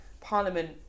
Parliament